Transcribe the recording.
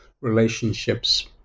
relationships